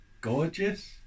gorgeous